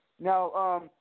Now